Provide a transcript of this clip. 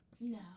No